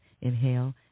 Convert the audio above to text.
inhale